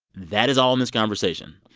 that is all in this conversation.